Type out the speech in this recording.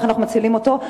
איך אנחנו מצילים אותו,